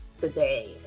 today